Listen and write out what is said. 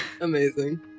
Amazing